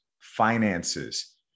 finances